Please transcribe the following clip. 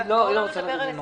היא לא רוצה לריב עם האוצר,